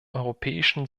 europäischen